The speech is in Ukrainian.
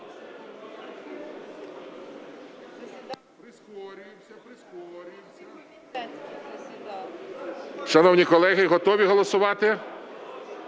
Шановні колеги, готові голосувати?